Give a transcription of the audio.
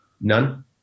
None